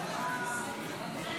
בבקשה.